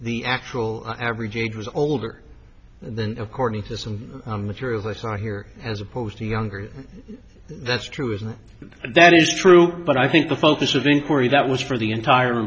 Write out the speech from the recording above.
the actual average age was older then according to some material they saw here as opposed to younger that's true that is true but i think the focus of inquiry that was for the entire